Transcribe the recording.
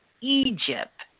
Egypt